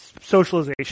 socialization